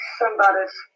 somebody's